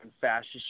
fascist